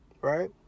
Right